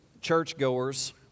churchgoers